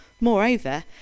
Moreover